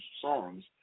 songs